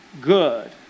Good